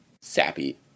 sappy